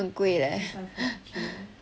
that's like forty K leh